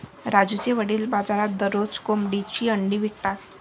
राजूचे वडील बाजारात दररोज कोंबडीची अंडी विकतात